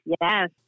Yes